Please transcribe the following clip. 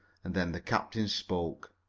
and then the captain spoke.